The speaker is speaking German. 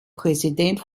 präsident